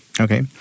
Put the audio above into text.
Okay